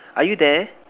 are you there